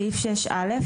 סעיף 6א,